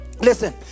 listen